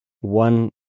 one